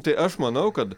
tai aš manau kad